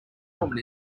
woman